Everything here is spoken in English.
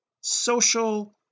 social